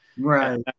right